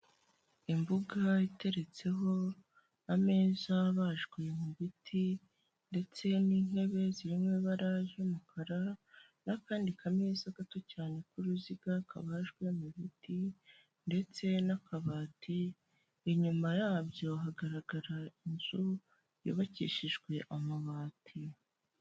Imbuga iteretseho ameza abajwe mu biti ndetse n'intebe ziri mu ibara ry'umukara n'akandi kameza gato cyane k'uruziga kabajwe mu biti ndetse n'akabati, inyuma yabyo hagaragara inzu yubakishijwe amabati.